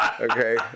okay